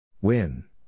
Win